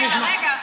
רגע, רגע.